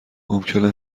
ممکنه